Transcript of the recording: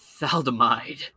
Thalidomide